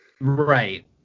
Right